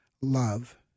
love